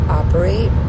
operate